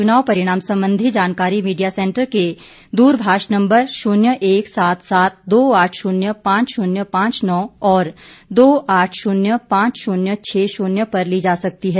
चुनाव परिणाम संबंधी जानकारी मीडिया सेंटर के दूरभाष नम्बर शून्य एक सात सात दो आठ शून्य पांच शून्य पांच नौ और दो आठ शून्य पांच शून्य छः शून्य पर ली जा सकती है